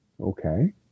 Okay